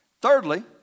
Thirdly